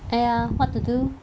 !aiya! what to do